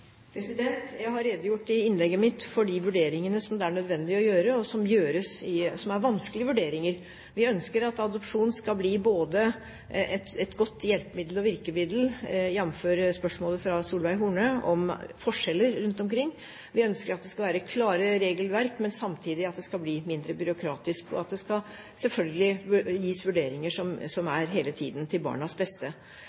Jeg har redegjort i innlegget mitt for de vurderingene som det er nødvendig å gjøre, som er vanskelige vurderinger. Vi ønsker at adopsjon skal bli både et godt hjelpemiddel og virkemiddel, jf. spørsmålet fra Solveig Horne om forskjeller rundt omkring. Vi ønsker at det skal være klare regelverk, men samtidig at det skal bli mindre byråkratisk, og selvfølgelig at det skal gis vurderinger som